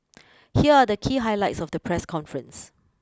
here are the key highlights of the press conference